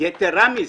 יתרה מזאת,